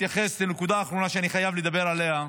להתייחס לנקודה אחרונה שאני חייב לדבר עליה: